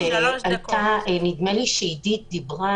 נדמה לי שעדית דיברה